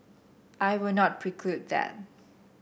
I will not preclude that